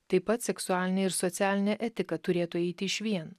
taip pat seksualinė ir socialinė etika turėtų eiti išvien